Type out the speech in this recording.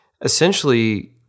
essentially